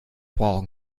brauchen